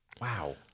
wow